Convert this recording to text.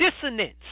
Dissonance